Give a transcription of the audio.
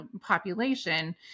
population